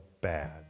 bad